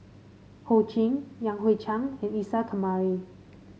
Ho Ching Yan Hui Chang and Isa Kamari